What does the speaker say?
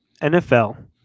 NFL